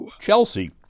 Chelsea